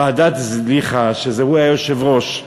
ועדת זליכה, שהוא היה היושב-ראש,